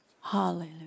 Hallelujah